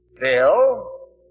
Bill